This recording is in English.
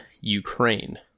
Ukraine